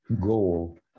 goal